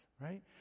right